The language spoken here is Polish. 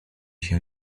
się